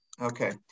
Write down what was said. Okay